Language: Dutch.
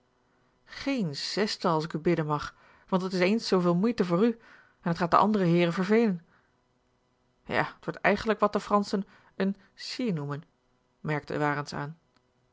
geen zestal als ik u bidden mag want dat is eens zooveel moeite voor u en het gaat de andere heeren vervelen ja t wordt eigenlijk wat de franschen eene scie noemen merkte warens aan